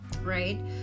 right